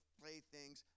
playthings